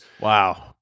Wow